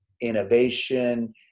innovation